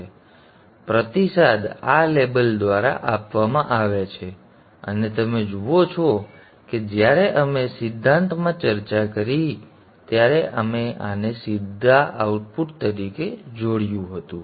હવે પ્રતિસાદ આ લેબલ દ્વારા આપવામાં આવે છે અને તમે જુઓ છો કે જ્યારે અમે સિદ્ધાંતમાં ચર્ચા કરી ત્યારે અમે આને સીધા આઉટપુટ સાથે જોડ્યું હતું